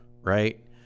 right